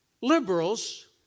liberals